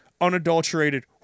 unadulterated